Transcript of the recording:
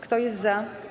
Kto jest za?